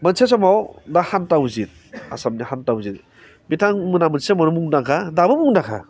मोनसे समाव दा हान्तावजिथ आसामनि हान्थावजिथ बिथांमोना मोनसे मुंदांखा दाबो मुंदांखा